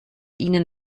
ihnen